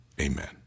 Amen